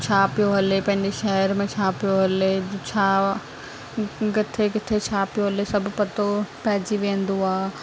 छा पियो हले पंहिंजे शहर में छा पियो हले छा किथे किथे छा पियो हले सभु पतो पेईजी वेंदो आहे